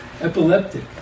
epileptic